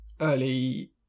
early